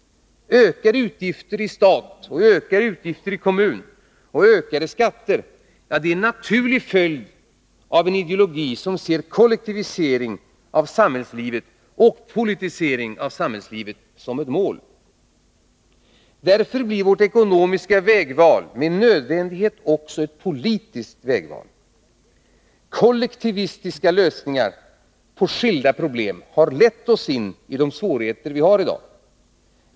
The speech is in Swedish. Ökade utgifter i stat och kommun samt höjda skatter är en naturlig följd av en ideologi som ser kollektivisering och politisering av samhällslivet som ett mål. Därför blir Sveriges ekonomiska vägval med nödvändighet också ett politiskt vägval. Kollektivistiska lösningar på skilda samhällsproblem har lett oss in i dagens ekonomiska svårigheter.